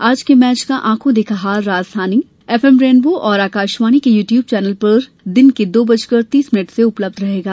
आज के मैच का आंखों देखा हाल राजधानी एफएम रेनबो और आकाशवाणी के यू ट्यूब चैनल पर दिन के दो बजकर तीस मिनट से उपलब्ध रहेगा